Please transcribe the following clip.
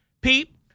Pete